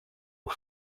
aux